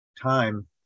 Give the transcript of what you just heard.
time